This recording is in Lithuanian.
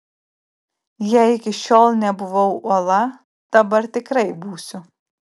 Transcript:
jei iki šiol nebuvau uola dabar tikrai būsiu